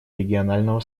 регионального